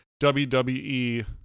WWE